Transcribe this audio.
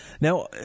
Now